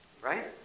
right